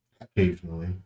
Occasionally